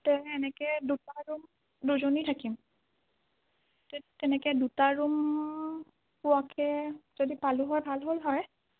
এনেকে দুটা ৰুম দুজনী থাকিম যদি তেনেকে দুটা ৰুম পোৱাকে যদি পালো হয় ভাল হ'ল হয়